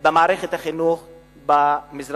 במערכת החינוך במזרח-ירושלים.